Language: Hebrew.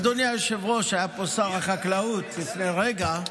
אדוני היושב-ראש, היה פה שר החקלאות לפני רגע.